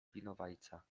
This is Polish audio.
winowajca